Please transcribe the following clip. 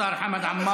תודה רבה לשר חמד עמאר.